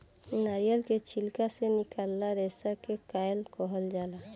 नारियल के छिलका से निकलाल रेसा के कायर कहाल जाला